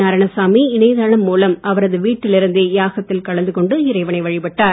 நாராயணசாமி இணையதளம் மூலம் அவரது வீட்டில் இருந்தே யாகத்தில் கலந்து கொண்டு இறைவனை வழிப்பட்டார்